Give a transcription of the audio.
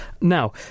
Now